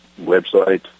website